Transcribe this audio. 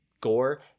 gore